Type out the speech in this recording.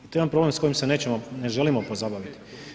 To je jedan problem s kojim se ne želimo pozabaviti.